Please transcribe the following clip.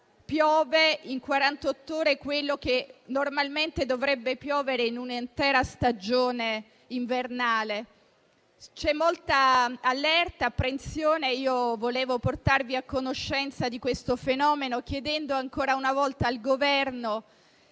quarantotto ore quello che normalmente dovrebbe piovere in un'intera stagione invernale. C'è molta allerta e apprensione. Volevo portarvi a conoscenza di questo fenomeno, chiedendo ancora una volta al Governo